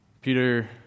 Peter